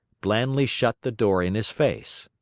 blandly shut the door in his face.